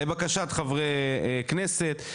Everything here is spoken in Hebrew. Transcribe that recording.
לבקשת חברי כנסת,